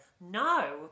No